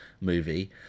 movie